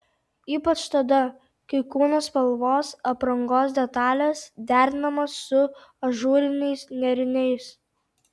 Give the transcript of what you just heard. ypač tada kai kūno spalvos aprangos detalės derinamos su ažūriniais nėriniais